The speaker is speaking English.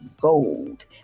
gold